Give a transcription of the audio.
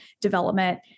development